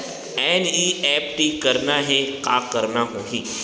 NEFT करना हे का करना होही?